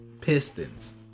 Pistons